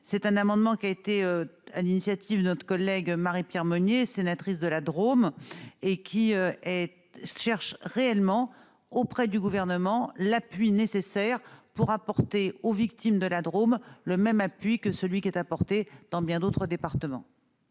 c'est un amendement qui a été à l'initiative de notre collègue Marie-Pierre Meunier, sénatrice de la Drôme et qui est cherche réellement auprès du gouvernement, l'appui nécessaire pour apporter aux victimes de la Drôme, le même appui que celui qui est apporté dans bien d'autres départements.